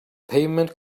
pavement